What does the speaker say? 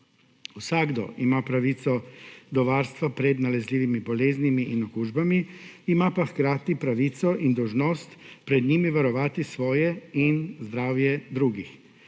Vsakdo ima pravico do varstva pred nalezljivimi boleznimi in okužbami, ima pa hkrati pravico in dolžnost pred njimi varovati svoje in zdravje drugih.